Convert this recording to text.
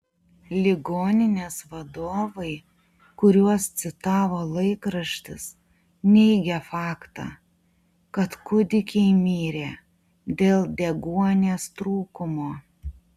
ligoninės vadovai kuriuos citavo laikraštis neigė faktą kad kūdikiai mirė dėl deguonies trūkumo